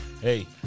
hey